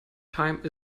time